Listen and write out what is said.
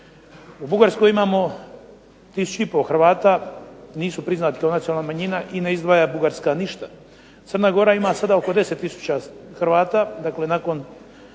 U Bugarskoj imamo 1500 Hrvata, nisu priznati kao nacionalna manjina i ne izdvaja Bugarska ništa. Crna Gora ima sada oko 10000 Hrvata, dakle nakon